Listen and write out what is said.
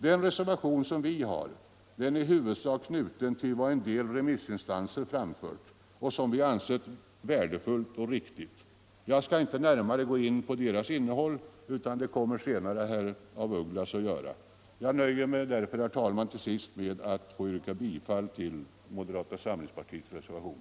Den reservation som vi har avgivit ansluter i huvudsak till vad vi ansett vara värdefullt och riktigt i det som framförts av en del remissinstanser. Jag skall inte närmare gå in på reservationens innehåll, eftersom herr af Ugglas senare kommer att göra detta. Jag nöjer mig därför, herr talman, till sist med att yrka bifall till moderata samlingspartiets reservation.